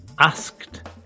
Asked